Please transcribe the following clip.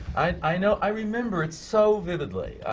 i you know i remember it so vividly,